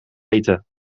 eten